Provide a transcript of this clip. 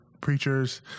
preachers